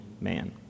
man